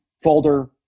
folder